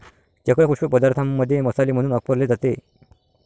चक्र पुष्प पदार्थांमध्ये मसाले म्हणून वापरले जाते